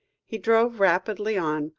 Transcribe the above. he drove rapidly on,